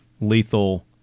lethal